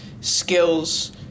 skills